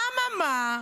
אממה,